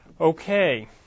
Okay